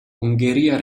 ungheria